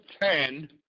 ten